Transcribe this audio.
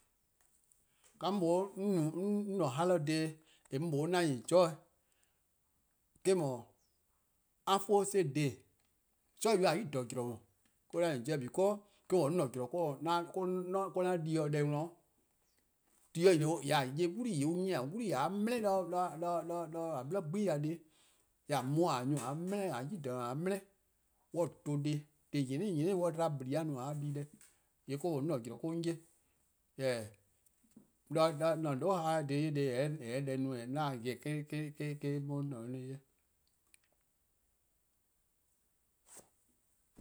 'Mor mlor 'an holyday 'an enjoy-a' eh-: no armfoce day-' sorye'-a 'we-eh :klaba' because or-: no 'an zorn 'an 'de-dih-a deh 'worn. :mor ti nyni 'o :yee' :a 'ye 'wlii, an 'nyi-a 'wlii, :a dele' 'de :a 'bli 'gnu+ ya deh+-', :yee' :a mu :a :ne nyor+-' :a dele', :a ne nyor+-klaba-: :a dele'. An dhen deh+, deh+ 'nyne 'nyne, an 'dba :blii-a' :a di deh. :yee' or-a'a: no 'an zorn 'on 'ye. Jorwor: 'on se idea 'ye, deh :yeh 'da eh :korn 'di 'on :ne 'o 'on se-eh 'ye.